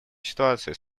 ситуацией